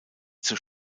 zur